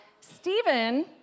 Stephen